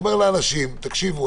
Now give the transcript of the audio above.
אומר לאנשים: תקשיבו,